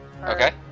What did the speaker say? Okay